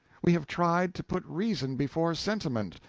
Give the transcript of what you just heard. we have tried to put reason before sentiment,